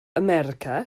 america